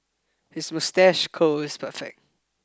his moustache curl is perfect